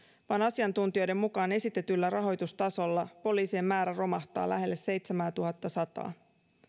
vaan asiantuntijoiden mukaan esitetyllä rahoitustasolla poliisien määrä romahtaa lähelle seitsemäätuhattasataa